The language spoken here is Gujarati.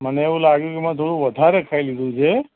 મને એવું લાગ્યું કે મે થોડુ વધારે ખાઈ લીધું છે